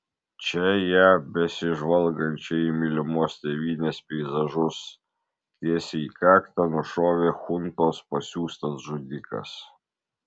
čia ją besižvalgančią į mylimos tėvynės peizažus tiesiai į kaktą nušovė chuntos pasiųstas žudikas